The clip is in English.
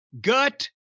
gut